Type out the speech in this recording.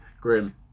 Grim